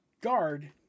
guard